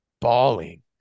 bawling